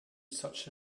such